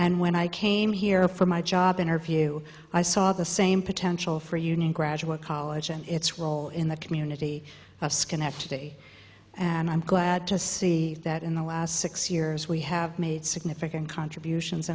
and when i came here for my job interview i saw the same potential for union graduate college and its role in the community of schenectady and i'm glad to see that in the last six years we have made significant contributions